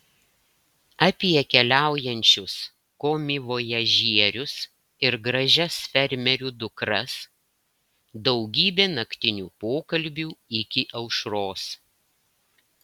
apie keliaujančius komivojažierius ir gražias fermerių dukras daugybė naktinių pokalbių iki aušros